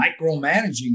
micromanaging